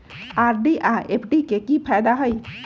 RD आ FD के कि फायदा हई?